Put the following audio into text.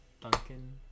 Duncan